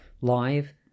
live